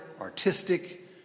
artistic